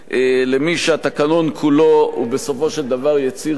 למי שהתקנון כולו הוא בסופו של דבר יציר כפיה,